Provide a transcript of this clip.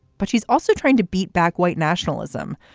but she's also trying to beat back white nationalism.